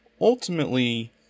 ultimately